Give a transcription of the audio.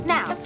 Now